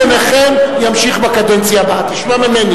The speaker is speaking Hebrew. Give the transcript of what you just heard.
תודה רבה.